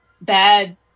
bad